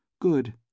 Good